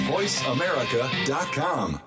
VoiceAmerica.com